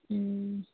ও